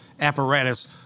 apparatus